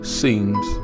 seems